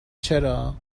چرا